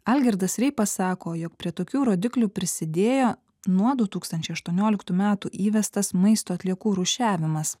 algirdas reipas sako jog prie tokių rodiklių prisidėjo nuo du tūkstančiai aštuonioliktų metų įvestas maisto atliekų rūšiavimas